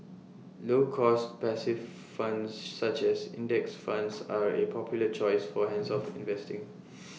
low cost passive funds such as index funds are A popular choice for hands off investing